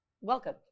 welcome